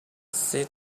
seat